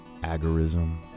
agorism